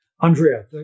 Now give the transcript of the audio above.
Andrea